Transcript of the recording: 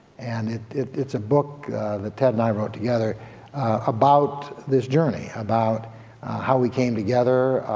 and it's a book that ted and i wrote together about this journey. about how we came together.